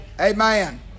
Amen